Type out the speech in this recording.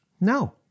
No